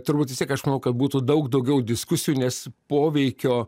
turbūt vis tiek aš manau kad būtų daug daugiau diskusijų nes poveikio